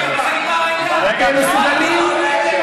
היא קראה לן "שקרן".